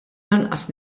lanqas